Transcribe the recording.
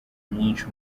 myinshi